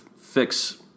fix